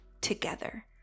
together